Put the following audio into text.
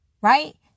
right